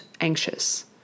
anxious